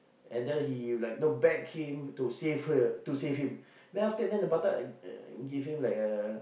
and then he like you know beg him to save her to save him then after that the batak uh gave him like a